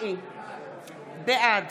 בעד